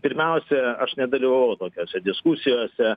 pirmiausia aš nedalyvavau tokiose diskusijose